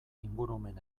ingurumen